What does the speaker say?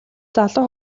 залуу